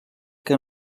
que